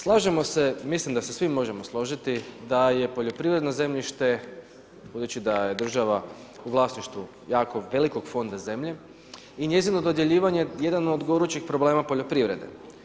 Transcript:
Slažemo se, mislim da se svi možemo složiti da je poljoprivredno zemljište, budući da je država u vlasništvu jako velikog fonda zemlje i njezino dodjeljivanje jedan od gorućih probama poljoprivrede.